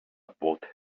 bought